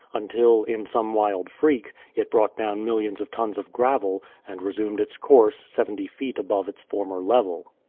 until, in some wild freak, it brought down millions of tons of gravel, and resumed its course seventy feet above its former level.